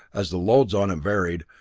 as the loads on it varied,